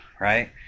Right